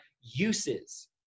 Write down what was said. uses